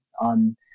on